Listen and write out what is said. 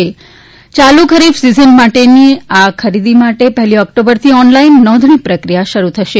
યાલુ ખરીફ સીઝન માટેના આ ખરીદી માટે પહેલી ઓકટોબરથી ઓનલાઇન નોંધણી પ્રક્રિયા શરૂ થશે